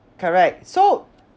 correct so